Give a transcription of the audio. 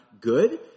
good